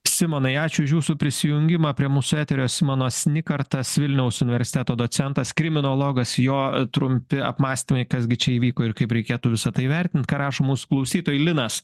simonai ačiū už jūsų prisijungimą prie mūsų eterio simonas nikartas vilniaus universiteto docentas krimenologas jo trumpi apmąstymai kas gi čia įvyko ir kaip reikėtų visą tai vertint ką rašo mūsų klausytojai linas